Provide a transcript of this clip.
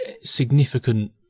significant